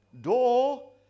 door